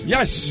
Yes